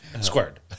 Squared